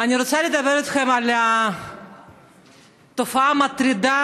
אני רוצה לדבר איתכם על התופעה המטרידה,